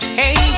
hey